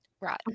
Right